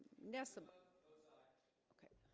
nessam okay,